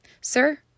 sir